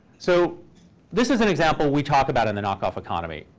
so this is an example we talk about in the knockoff economy.